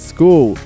School